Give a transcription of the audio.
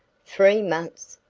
three months!